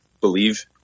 believe